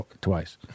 twice